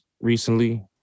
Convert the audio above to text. recently